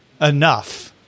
enough